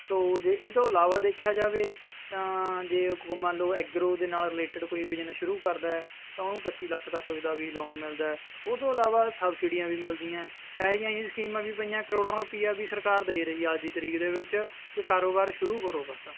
ਸੋ ਜੇ ਇਤੋਂ ਇਲਾਵਾ ਦੇਖਿਆ ਜਾਵੇ ਤਾਂ ਜੇ ਮੰਨ ਲਓ ਐਗਰੋ ਦੇ ਨਾਲ ਰਿਲੇਟਡ ਕੋਈ ਬਿਜ਼ਨਸ ਸ਼ੁਰੂ ਕਰਦਾ ਤਾਂ ਉਹਨੂੰ ਪੱਚੀ ਲੱਖ ਤੱਕ ਦਾ ਵੀ ਲੋਨ ਮਿਲਦਾ ਉਹਤੋਂ ਇਲਾਵਾ ਸਬਸਿਡੀਆਂ ਵੀ ਮਿਲਦੀਆਂ ਇਹੋ ਜਿਹੀਆਂ ਹੀ ਸਕੀਮਾਂ ਵੀ ਪਈਆਂ ਕਰੋੜਾਂ ਰੁਪਈਆ ਵੀ ਸਰਕਾਰ ਦੇ ਰਹੀ ਅੱਜ ਦੀ ਤਰੀਕ ਦੇ ਵਿੱਚ ਕਿ ਕਾਰੋਬਾਰ ਸ਼ੁਰੂ ਕਰੋ ਬਸ